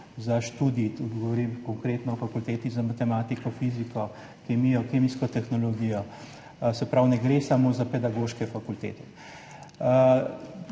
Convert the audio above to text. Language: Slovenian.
za študij, govorim konkretno o fakultetah za matematiko, fiziko, kemijo, kemijsko tehnologijo. Se pravi, ne gre samo za pedagoške fakultete.